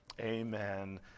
Amen